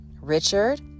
Richard